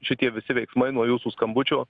čia tie visi veiksmai nuo jūsų skambučio